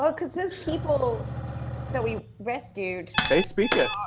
ah cause his people that we rescued they speak it.